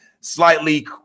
slightly